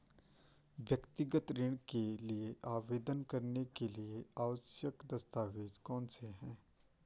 व्यक्तिगत ऋण के लिए आवेदन करने के लिए आवश्यक दस्तावेज़ कौनसे हैं?